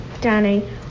Danny